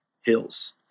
hills